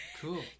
Cool